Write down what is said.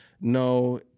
no